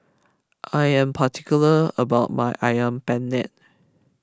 I am particular about my Ayam Penyet